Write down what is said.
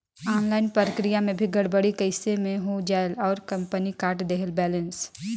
Online प्रक्रिया मे भी गड़बड़ी कइसे मे हो जायेल और कंपनी काट देहेल बैलेंस?